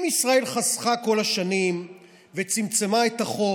אם ישראל חסכה כל השנים וצמצמה את החוב,